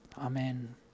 Amen